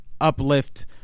uplift